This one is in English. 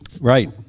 Right